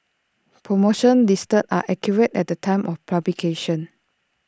promotions listed are accurate at the time of publication